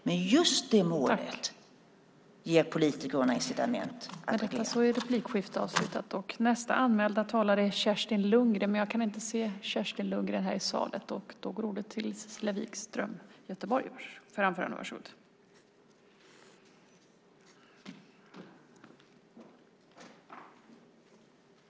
Men just det målet ger politikerna incitament att agera.